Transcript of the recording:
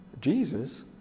Jesus